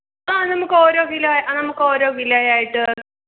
ആഹ് നമുക്ക് ഓരോ കിലോ നമുക്ക് ഓരോ കിലോ ആയിട്ട്